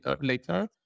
later